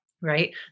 Right